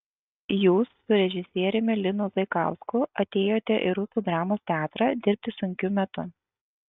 jūs su režisieriumi linu zaikausku atėjote į rusų dramos teatrą dirbti sunkiu metu